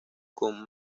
con